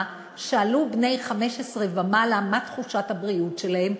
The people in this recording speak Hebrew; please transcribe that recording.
שאלו בני 15 ומעלה מה תחושת הבריאות שלהם,